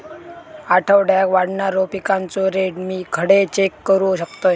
आठवड्याक वाढणारो पिकांचो रेट मी खडे चेक करू शकतय?